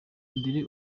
mbere